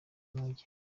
mujyi